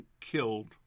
killed